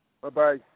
Bye-bye